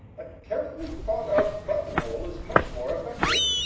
a carefully thought-out buttonhole is much more effective.